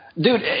Dude